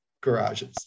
garages